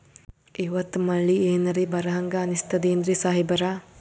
ಇವತ್ತ ಮಳಿ ಎನರೆ ಬರಹಂಗ ಅನಿಸ್ತದೆನ್ರಿ ಸಾಹೇಬರ?